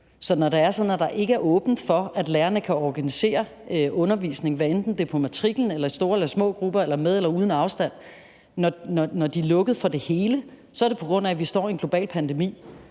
at der ikke er åbent for, at lærerne kan organisere undervisning, hvad enten det er på matriklen eller i store eller små grupper eller med eller uden afstand – når der er lukket for det hele – så er det, på grund af at vi står i en global pandemi.